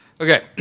Okay